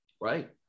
Right